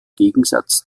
gegensatz